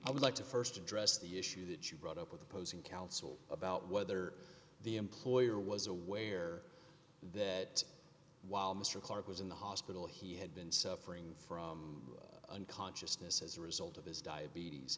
i would like to st address the issue that you brought up with opposing counsel about whether the employer was aware that while mr clark was in the hospital he had been suffering from unconsciousness as a result of his diabetes